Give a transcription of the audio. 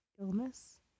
illness